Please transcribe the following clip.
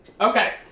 Okay